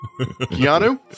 Keanu